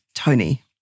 Tony